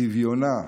צביונה,